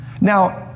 Now